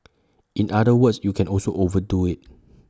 in other words you can also overdo IT